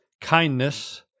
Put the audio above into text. kindness